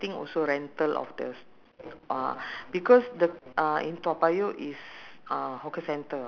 ah lah mee goreng okay lah kan ah yes I I go I go for like uh